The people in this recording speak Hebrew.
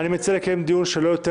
אני מציע לקיים דיון של לא יותר